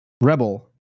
Rebel